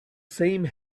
same